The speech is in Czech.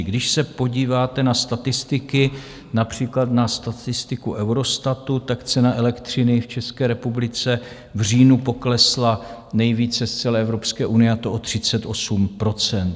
Když se podíváte na statistiky, například na statistiku Eurostatu, cena elektřiny v České republice v říjnu poklesla nejvíce z celé Evropské unie, a to o 38 %.